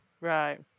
right